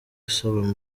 asaba